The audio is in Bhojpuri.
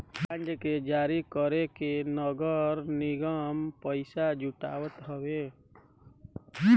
इ बांड के जारी करके नगर निगम पईसा जुटावत हवे